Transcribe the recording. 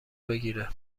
بگیره